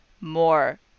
more